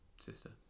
sister